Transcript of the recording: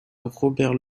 robert